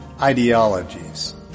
ideologies